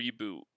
reboot